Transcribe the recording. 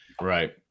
Right